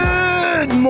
Good